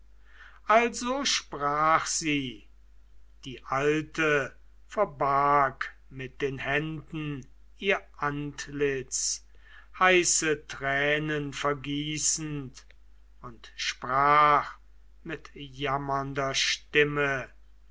also sprach sie die alte verbarg mit den händen ihr antlitz heiße tränen vergießend und sprach mit jammernder stimme